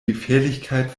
gefährlichkeit